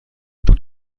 tut